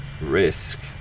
risk